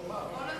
זה מה שהוא אומר.